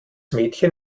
mädchen